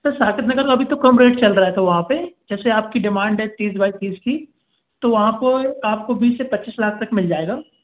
sir Saket Nagar तो अभी तो कम रेट चल रहा है सर वहाँ पे जैसे आपकी डिमांड है तीस बाय तीस की तो वहाँ पर आपको बीस से पच्चीस लाख तक मिल जाएगा